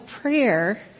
prayer